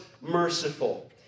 merciful